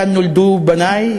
כאן נולדו בני,